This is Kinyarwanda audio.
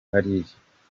hariya